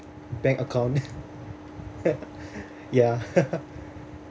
bank account ya